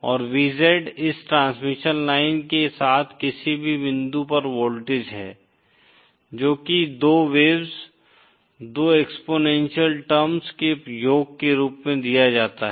और VZ इस transmission line के साथ किसी भी बिंदु पर वोल्टेज है जो कि दो वेव्स दो एक्सपोनेंशियल टर्म्स के योग के रूप में दिया जाता है